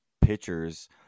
pitchers